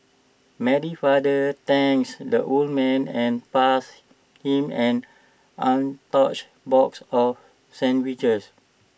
Mary's father thanks the old man and passed him an untouched box of sandwiches